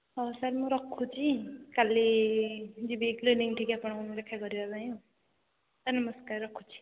ହଉ ସାର୍ ମୁଁ ରଖୁଛି କାଲି ଯିବି କ୍ଲିନିକ୍ଠିକି ଆପଣଙ୍କୁ ଦେଖା କରିବା ପାଇଁ ଆଉ ସାର୍ ନମସ୍କାର ରଖୁଛି